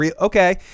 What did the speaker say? Okay